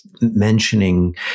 mentioning